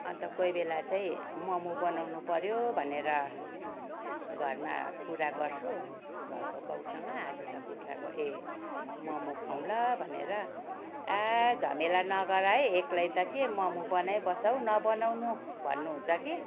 अन्त कोही बेला चाहिँ मोमो बनाउनु पऱ्यो भनेर घरमा कुरा गर्छु घरको बाउसँग आज त कुखुराको ए मोमो खाउँ ल भनेर आँ झमेला नगर है एक्लै त के मोमो बनाइ बस्छौ नबनाउनु भन्नुहुन्छ कि